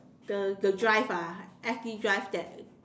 the the drive ah S_D drive that